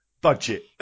Budget